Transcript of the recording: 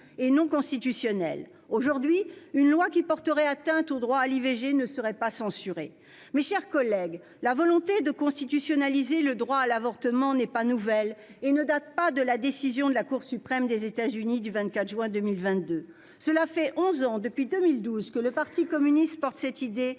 et non constitutionnelle. Aujourd'hui, une loi qui porterait atteinte au droit à l'IVG ne serait pas censurée. Mes chers collègues, la volonté de constitutionnaliser le droit à l'avortement n'est pas nouvelle. Elle ne date pas de la décision de la Cour suprême des États-Unis du 24 juin 2022. Cela fait onze ans, depuis 2012, que le parti communiste porte cette idée